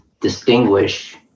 distinguish